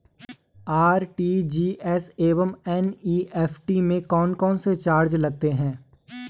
RTGS एवं NEFT में कौन कौनसे चार्ज लगते हैं?